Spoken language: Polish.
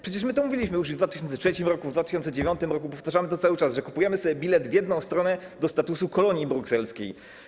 Przecież my to mówiliśmy już w 2003 r., w 2009 r., powtarzamy cały czas, że kupujemy sobie bilet w jedną stronę - do statusu kolonii brukselskiej.